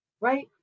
right